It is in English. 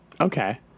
okay